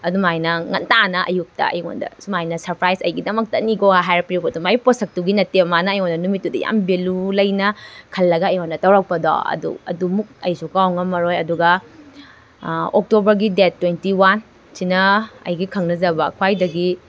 ꯑꯗꯨꯃꯥꯏꯅ ꯉꯟꯇꯥꯅ ꯑꯌꯨꯛꯇ ꯑꯩꯉꯣꯟꯗ ꯁꯨꯃꯥꯏꯅ ꯁꯔꯄ꯭ꯔꯥꯁ ꯑꯩꯒꯤꯗꯃꯛꯇꯅꯤꯀꯣ ꯍꯥꯏꯔ ꯄꯤꯔꯛꯄ ꯑꯗꯨ ꯃꯥꯏ ꯄꯣꯠꯁꯛꯇꯨꯒꯤ ꯅꯠꯇꯦ ꯃꯥꯅ ꯑꯩꯉꯣꯟꯗ ꯅꯨꯃꯤꯠꯇꯨꯗ ꯌꯥꯝ ꯚꯦꯂꯨ ꯂꯩꯅ ꯈꯜꯂꯒ ꯑꯩꯉꯣꯟꯗ ꯇꯧꯔꯛꯄꯗꯣ ꯑꯗꯨ ꯑꯗꯨꯃꯨꯛ ꯑꯩꯁꯨ ꯀꯥꯎ ꯉꯝꯃꯔꯣꯏ ꯑꯗꯨꯒ ꯑꯣꯛꯇꯣꯕꯔꯒꯤ ꯗꯦꯠ ꯇ꯭ꯋꯦꯟꯇꯤ ꯋꯥꯟ ꯁꯤꯅ ꯑꯩꯒꯤ ꯈꯪꯅꯖꯕ ꯈ꯭ꯋꯥꯏꯗꯒꯤ